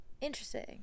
Interesting